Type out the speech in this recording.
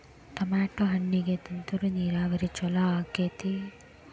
Tomato ಹಣ್ಣಿಗೆ ತುಂತುರು ನೇರಾವರಿ ಛಲೋ ಆಕ್ಕೆತಿ?